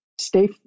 stay